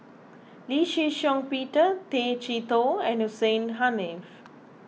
Lee Shih Shiong Peter Tay Chee Toh and Hussein Haniff